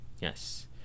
Yes